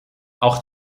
auch